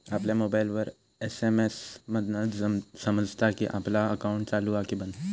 आपल्या मोबाईलवर एस.एम.एस मधना समजता कि आपला अकाउंट चालू हा कि बंद